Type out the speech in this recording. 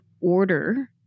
order